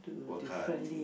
work hard